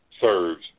serves